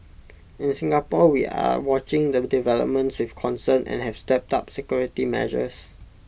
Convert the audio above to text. in Singapore we are watching the developments with concern and have stepped up security measures